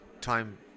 time